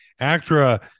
Actra